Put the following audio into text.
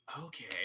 Okay